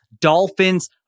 Dolphins